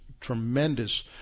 tremendous